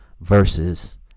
Versus